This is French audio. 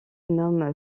nomme